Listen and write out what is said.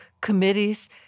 committees